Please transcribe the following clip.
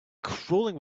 crawling